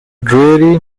dreary